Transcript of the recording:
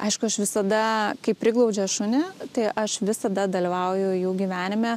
aišku aš visada kai priglaudžia šunį tai aš visada dalyvauju jų gyvenime